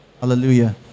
Hallelujah